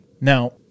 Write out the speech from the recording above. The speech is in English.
Now